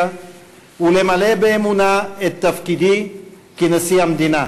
ולמלא באמונה את תפקידי כנשיא המדינה".